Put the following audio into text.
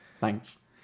thanks